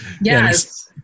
Yes